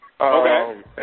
Okay